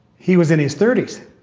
he was in his thirties,